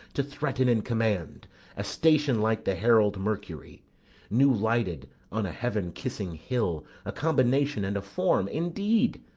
to threaten and command a station like the herald mercury new lighted on a heaven-kissing hill a combination and a form, indeed,